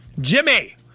Jimmy